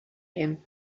him